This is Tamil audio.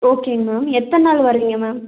ஓகேங்க மேம் எத்தனை நாள் வரீங்க மேம்